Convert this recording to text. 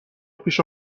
پیش